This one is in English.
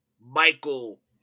Michael